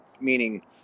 meaning